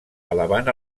alabant